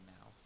now